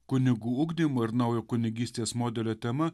kunigų ugdymo ir naujo kunigystės modelio tema